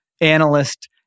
analyst